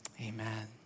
Amen